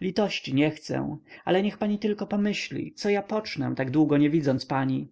i dla przyjmującego litości nie chcę ale niech pani tylko pomyśli co ja pocznę tak długo nie widząc pani